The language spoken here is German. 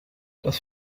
das